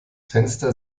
fenster